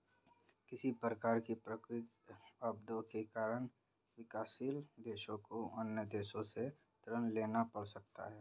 किसी प्रकार की प्राकृतिक आपदा के कारण विकासशील देशों को अन्य देशों से ऋण लेना पड़ सकता है